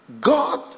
God